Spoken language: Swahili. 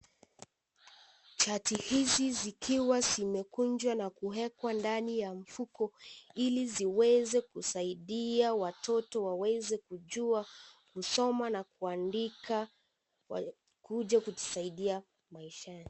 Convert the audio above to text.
Shati hizi zikiwa zimekunjwa na kuwekwa ndani ya mfuko ili ziweze kusaidia watoto waweze kujua kusoma na kuandika, wakuje kujisaidia maishani.